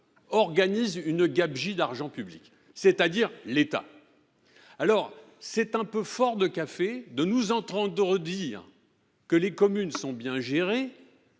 organise une gabegie d’argent public. Il est toutefois un peu fort de café de nous entendre dire que les communes sont bien gérées,